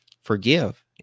forgive